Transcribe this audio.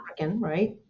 right